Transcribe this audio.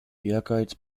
ehrgeiz